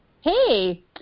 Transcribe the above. Hey